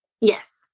Yes